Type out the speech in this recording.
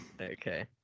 Okay